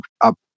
up